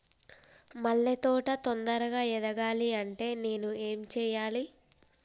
మల్లె తోట తొందరగా ఎదగాలి అంటే నేను ఏం చేయాలి?